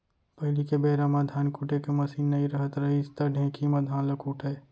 पहिली के बेरा म धान कुटे के मसीन नइ रहत रहिस त ढेंकी म धान ल कूटयँ